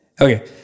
Okay